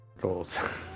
goals